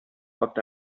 oft